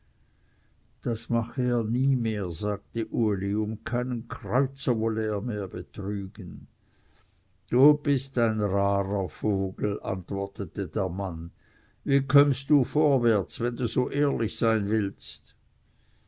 das mache er nie mehr sagte uli um keinen kreuzer wolle er mehr betrügen du bist ein rarer vogel antwortete der mann wie kömmst du vorwärts wenn du so ehrlich sein willst